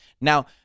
Now